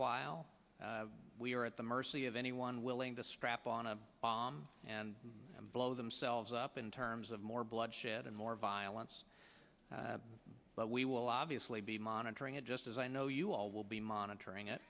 while we are at the mercy of anyone willing to strap on a bomb and blow themselves up in terms of more bloodshed and more violence but we will obviously be monitoring it just as i know you all will be monitoring